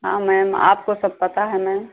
हाँ मैम आपको सब पता है मैम